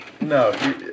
No